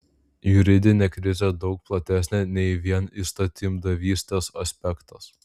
juridinė krizė daug platesnė nei vien įstatymdavystės aspektas